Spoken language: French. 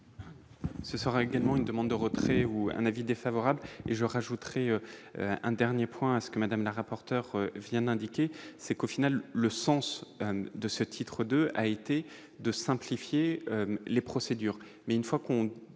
Ce sera également une demande de repousser ou un avis défavorable et je rajouterai un dernier point ce que Madame la rapporteur vient d'indiquer, c'est qu'au final, le sens de ce titre 2 a été de simplifier les procédures, mais une fois qu'on